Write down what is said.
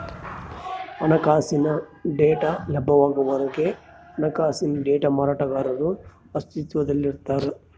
ಹಣಕಾಸಿನ ಡೇಟಾ ಲಭ್ಯವಾಗುವವರೆಗೆ ಹಣಕಾಸಿನ ಡೇಟಾ ಮಾರಾಟಗಾರರು ಅಸ್ತಿತ್ವದಲ್ಲಿರ್ತಾರ